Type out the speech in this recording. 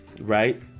Right